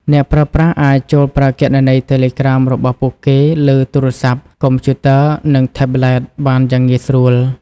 អ្នកប្រើប្រាស់អាចចូលប្រើគណនីតេឡេក្រាមរបស់ពួកគេលើទូរស័ព្ទ កុំព្យូទ័រ និងថេបប្លេតបានយ៉ាងងាយស្រួល។